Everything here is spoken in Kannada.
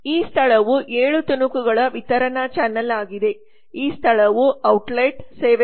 ಈ ಸ್ಥಳವು 7 ತುಣುಕುಗಳ ವಿತರಣಾ ಚಾನಲ್ ಆಗಿದೆ ಈ ಸ್ಥಳವುಔಟ್ಲೆಟ್ ಸೇವೆಗಳನ್ನು ಒದಗಿಸುವ ಚಿಲ್ಲರೆ ಔಟ್ಲೆಟ್ಆಗಿದೆ